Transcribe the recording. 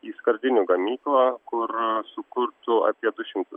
į skardinių gamyklą kur sukurtų apie du šimtu